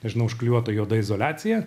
nežinau užklijuota juoda izoliacija